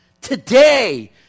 Today